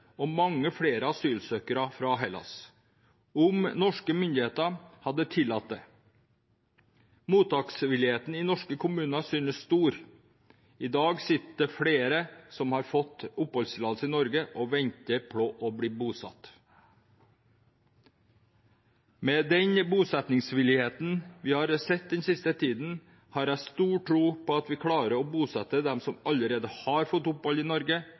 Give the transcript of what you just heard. og mange flere asylsøkere fra Hellas om norske myndigheter hadde tillatt det. Mottaksvilligheten i norske kommuner synes stor. I dag sitter det flere som har fått oppholdstillatelse i Norge, og venter på å bli bosatt. Med den bosettingsvilligheten vi har sett den siste tiden, har jeg stor tro på at vi klarer å bosette dem som allerede har fått opphold i Norge,